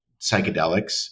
psychedelics